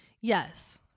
Yes